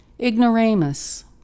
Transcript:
Ignoramus